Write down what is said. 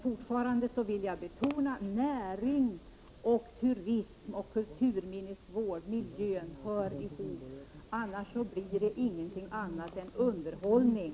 Fortfarande vill jag betona att näringen, turismen, kulturminnesvården och hela miljön hör ihop. Om de inte gjorde det skulle det inte bli någonting annat av verksamheten än underhållning.